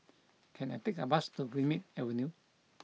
can I take a bus to Greenmead Avenue